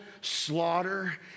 slaughter